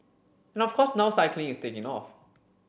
and of course now cycling is taking off